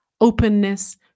openness